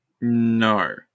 no